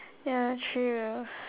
ya three wheels